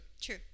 True